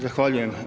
Zahvaljujem.